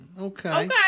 Okay